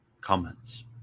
comments